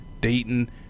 Dayton